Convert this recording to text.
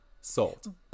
Sold